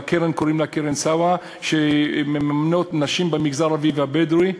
קרן SAWA מממנת נשים במגזר הערבי והבדואי,